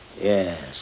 Yes